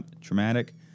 traumatic